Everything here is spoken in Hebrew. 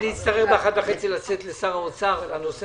לצאת לשר האוצר בנושא